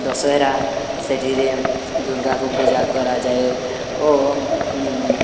ଦଶହରା ସେଠିରେ ଦୂର୍ଗାକୁ ପୂଜା କରାଯାଏ ଓ